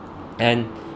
and